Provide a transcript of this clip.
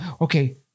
Okay